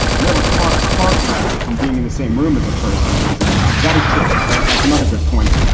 i never caught a car crash from being in the same room as a person who is in iraq. that is true. right? that's another good point,